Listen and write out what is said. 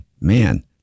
Man